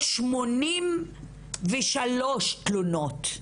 483 תלונות,